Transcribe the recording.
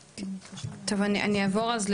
אני אציג את